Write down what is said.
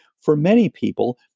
for many people,